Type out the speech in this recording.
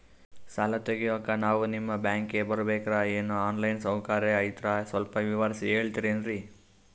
ಸಾಲ ತೆಗಿಯೋಕಾ ನಾವು ನಿಮ್ಮ ಬ್ಯಾಂಕಿಗೆ ಬರಬೇಕ್ರ ಏನು ಆನ್ ಲೈನ್ ಸೌಕರ್ಯ ಐತ್ರ ಸ್ವಲ್ಪ ವಿವರಿಸಿ ಹೇಳ್ತಿರೆನ್ರಿ?